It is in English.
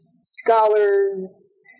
scholars